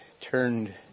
turned